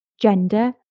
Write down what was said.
gender